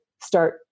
start